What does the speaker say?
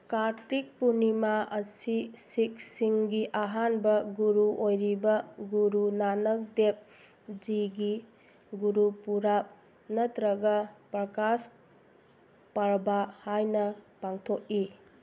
ꯀꯥꯔꯇꯤꯛ ꯄꯨꯔꯅꯤꯃꯥ ꯑꯁꯤ ꯁꯤꯛꯁꯤꯡꯒꯤ ꯑꯍꯥꯟꯕ ꯒꯨꯔꯨ ꯑꯣꯏꯔꯤꯕ ꯒꯨꯔꯨ ꯅꯥꯅꯛ ꯗꯦꯕꯖꯤꯒꯤ ꯒꯨꯔꯨ ꯄꯨꯔꯥꯕ ꯅꯠꯇ꯭ꯔꯒ ꯄ꯭ꯔꯀꯥꯁ ꯄꯔꯕꯥ ꯍꯥꯏꯅ ꯄꯥꯡꯊꯣꯛꯏ